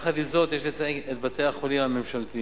עם זאת, יש לציין את בתי-החולים הממשלתיים,